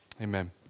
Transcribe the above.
Amen